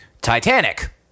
Titanic